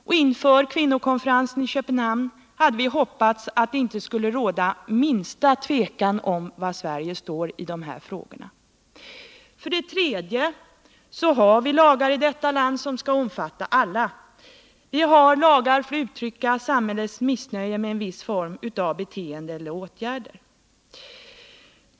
Och vi hade inför kvinnokonferensen i Köpenhamn hoppats att det inte skulle råda minsta tvivel om var Sverige står i dessa frågor. För det tredje har vi i detta land lagar som skall omfatta alla. Vi har lagar för att uttrycka samhällets missnöje med en viss form av beteende eller åtgärder.